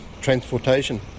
transportation